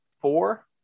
four